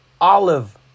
Olive